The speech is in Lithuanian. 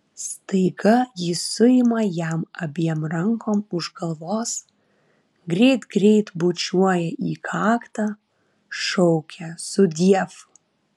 staiga ji suima jam abiem rankom už galvos greit greit bučiuoja į kaktą šaukia sudiev